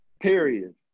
Period